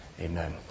Amen